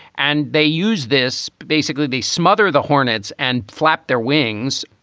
and they use this basically they smother the hornets and flap their wings.